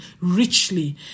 richly